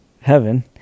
heaven